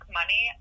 money